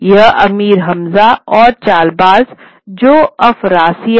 यह अमीर हम्जा और चालबाज जो अफरासिया है